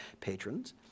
patrons